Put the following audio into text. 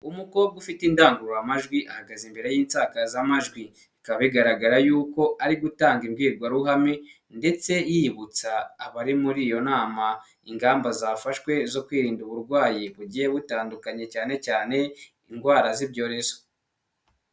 Umukobwa ufite indangururamajwi ahagaze imbere y'insakazamajwi, kaba bigaragara ko ari gutanga imbwirwaruhame, ndetse yibutsa abari muri iyo nama ingamba zafashwe zo kwirinda uburwayi bugiye butandukanye cyane cyane indwara z'ibyorezo.